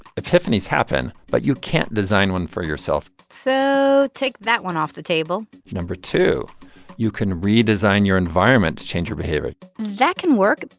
epiphanies happen, but you can't design one for yourself so take that one off the table no. two you can redesign your environment to change your behavior that can work,